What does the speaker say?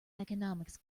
economics